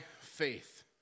faith